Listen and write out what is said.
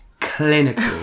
clinical